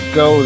go